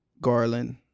Garland